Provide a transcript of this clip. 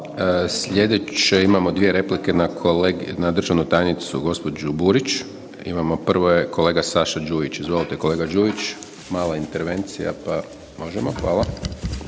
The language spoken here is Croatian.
Slijedeće imamo dvije replike na državnu tajnicu gospođu Burić. Imamo, prvo je kolege Saša Đujić. Izvolite kolega Đujić. Mala intervencija pa možemo.